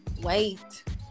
wait